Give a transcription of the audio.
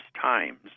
times